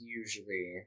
usually